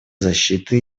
защиты